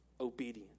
obedience